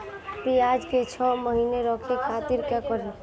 प्याज के छह महीना रखे खातिर का करी?